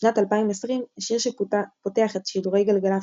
משנת 2020 השיר שפותח את שידורי גלגלצ